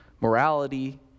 morality